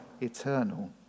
eternal